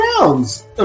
rounds